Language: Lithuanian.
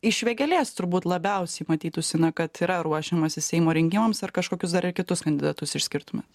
iš vėgėlės turbūt labiausiai matytųsi na kad yra ruošiamasi seimo rinkimams ar kažkokius dar ir kitus kandidatus išskirtumėt